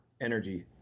energy